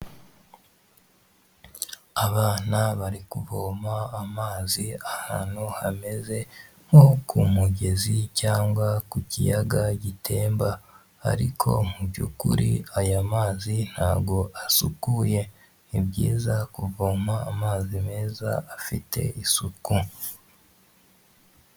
Abana bari kuvoma amazi ahantu hameze nko ku mugezi cyangwa ku kiyaga gitemba, ariko mu by'ukuri aya mazi ntago asukuye. Ni byiza kuvoma amazi meza afite isuku.